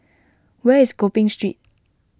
where is Gopeng Street